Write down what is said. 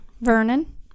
Vernon